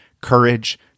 courage